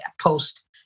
post